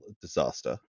disaster